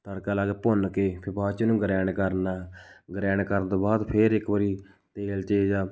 ਤੜਕਾ ਲਾ ਕੇ ਭੁੰਨ ਕੇ ਫਿਰ ਬਾਅਦ 'ਚ ਉਹਨੂੰ ਗ੍ਰੈ਼ਂਡ ਕਰਨਾ ਗ੍ਰੈਂਡ ਕਰਨ ਤੋਂ ਬਾਅਦ ਫਿਰ ਇੱਕ ਵਾਰੀ ਤੇਲ 'ਚ ਜਾਂ